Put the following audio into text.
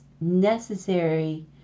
necessary